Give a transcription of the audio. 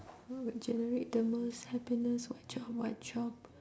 what would generate the most happiness what job what job